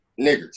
niggers